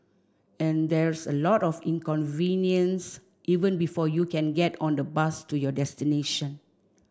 and there's a lot of inconvenience even before you can get on the bus to your destination